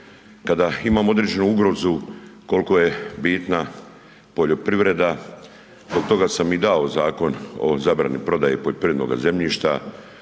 kada imamo određenu ugrozu, kol'ko je bitna poljoprivreda, zbog toga sam i dao Zakon o zabrani prodaje poljoprivrednoga zemljišta,